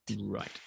Right